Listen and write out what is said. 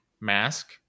mask